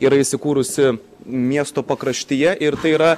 yra įsikūrusi miesto pakraštyje ir tai yra